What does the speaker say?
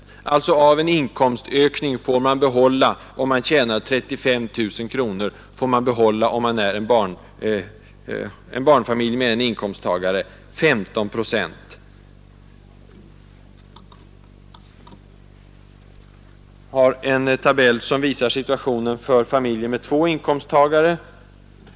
En barnfamilj med en inkomsttagare som tjänar 35 000 kronor får alltså behålla 15 procent av en inkomstökning. Jag har en annan tabell, som visar situationen för familjer med två inkomsttagare.